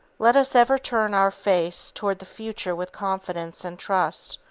let us ever turn our face toward the future with confidence and trust,